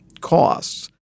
costs